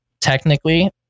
technically